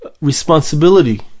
responsibility